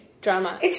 Drama